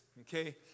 okay